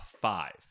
five